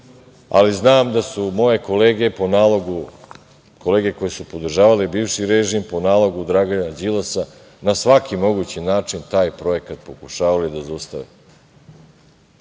ali znam da su moje kolege, kolege koje su podržavale bivši režim, po nalogu Dragana Đilasa, na svaki mogući način taj projekat pokušavale da zaustave.I